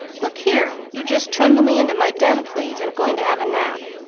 look here, you just trundle me into my den, please, i'm going to have a nap,